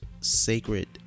Sacred